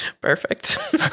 Perfect